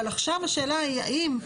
אבל עכשיו השאלה היא האם,